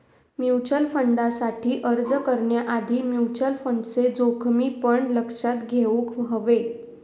mutual फंडसाठी अर्ज करण्याआधी म्युचल फंडचे जोखमी पण लक्षात घेउक हवे